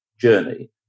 journey